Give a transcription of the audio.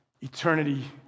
eternity